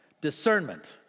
Discernment